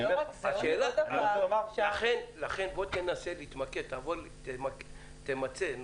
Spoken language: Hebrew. לכן תנסה להתמקד, תמצה את